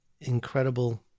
incredible